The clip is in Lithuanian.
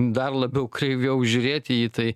dar labiau kreiviau žiūrėti į tai